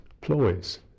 ploys